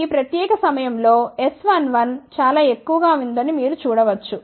కాబట్టి ఈ ప్రత్యేక సమయంలో S11 చాలా ఎక్కువగా ఉందని మీరు చూడ వచ్చు